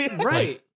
Right